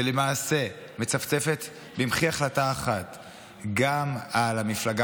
ולמעשה מצפצפת במחי החלטה אחת גם על המפלגה